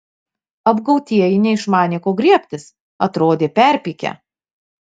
apgautieji neišmanė ko griebtis atrodė perpykę